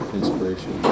inspiration